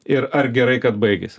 ir ar gerai baigėsi